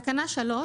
תקנה 3,